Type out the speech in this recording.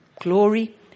Glory